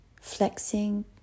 flexing